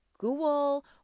Google